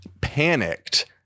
panicked